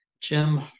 Jim